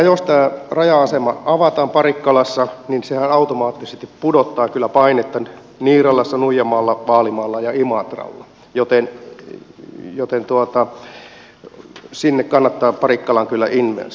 jos tämä raja asema avataan parikkalassa niin sehän automaattisesti pudottaa kyllä painetta niiralassa nuijamaalla vaalimaalla ja imatralla joten parikkalaan kannattaa kyllä investoida